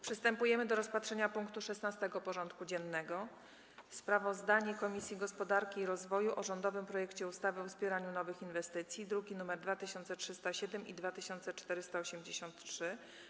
Przystępujemy do rozpatrzenia punktu 16. porządku dziennego: Sprawozdanie Komisji Gospodarki i Rozwoju o rządowym projekcie ustawy o wspieraniu nowych inwestycji (druki nr 2307 i 2483)